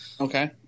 Okay